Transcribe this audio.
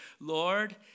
Lord